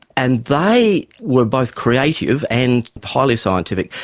and they were both creative and highly scientific,